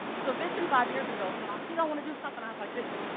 so vishen five years ago said, i think i wanna do something. i was like, vishen,